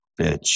bitch